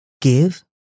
Give